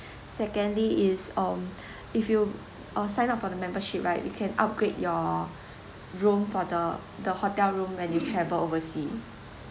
secondly is um if you uh sign up for the membership right you can upgrade your room for the the hotel room when you travel oversea